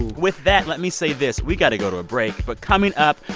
with that, let me say this, we've got to go to a break. but coming up,